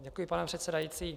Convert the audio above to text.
Děkuji, pane předsedající.